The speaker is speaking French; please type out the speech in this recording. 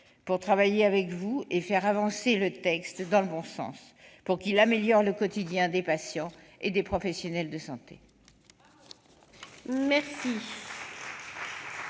pour travailler avec vous et faire avancer le texte dans le bon sens, afin qu'il améliore le quotidien des patients et des professionnels de santé. La